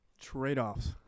Trade-offs